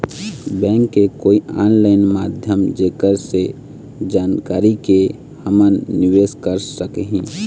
Bank के कोई online माध्यम जेकर से जानकारी के के हमन निवेस कर सकही?